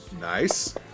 Nice